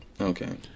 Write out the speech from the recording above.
Okay